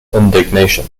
indignation